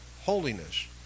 holiness